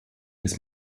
des